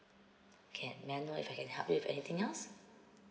can may I know if I can help you with anything else